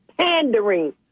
pandering